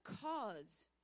cause